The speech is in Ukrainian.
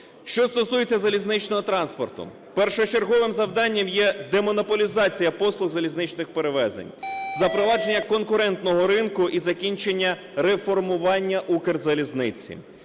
Що стосується залізничного транспорту? Першочерговим завданням є демонополізація послуг залізничних перевезень, запровадження конкурентного ринку і закінчення реформування "Укрзалізниці".